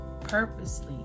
purposely